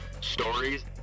stories